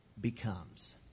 becomes